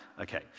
Okay